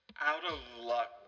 out-of-luck